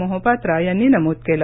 मोहोपात्रा यांनी नमूद केलं